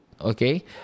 okay